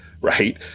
right